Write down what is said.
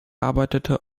arbeitete